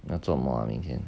做什么啊明天